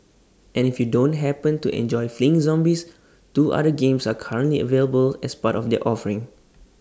and if you don't happen to enjoy fleeing zombies two other games are currently available as part of their offering